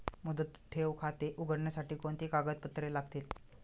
मुदत ठेव खाते उघडण्यासाठी कोणती कागदपत्रे लागतील?